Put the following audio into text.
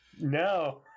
no